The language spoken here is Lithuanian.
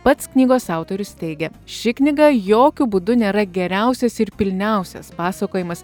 pats knygos autorius teigia ši knyga jokiu būdu nėra geriausias ir pilniausias pasakojimas